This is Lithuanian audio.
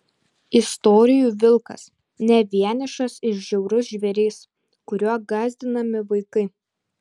istorijų vilkas ne vienišas ir žiaurus žvėris kuriuo gąsdinami vaikai